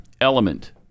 element